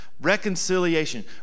reconciliation